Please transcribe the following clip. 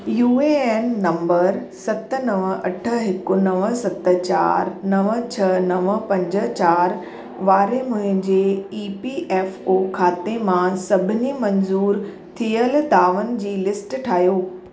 U A N number सत नव अठ हिकु नव सत चार नव छह नव पंज चारि वारे मुंहिंजे ई पी ऐफ ओ खाते मां सभिनी मंज़ूरु थियल दावनि जी लिस्ट ठाहियो